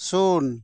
ᱥᱩᱱ